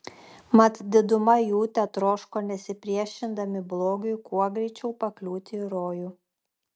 mat diduma jų tetroško nesipriešindami blogiui kuo greičiau pakliūti į rojų